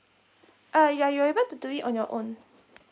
uh ya you're able to do it on your own